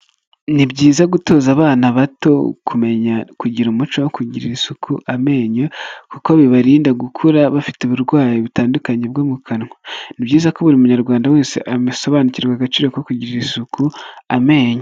Ni byiza gutoza abana bato kumenya kugira umuco wo kugirira isuku amenyo kuko bibarinda gukura bafite uburwayi butandukanye bwo mu kanwa, ni byiza ko buri munyarwanda wese abisobanukirwa agaciro ko kugirira isuku amenyo.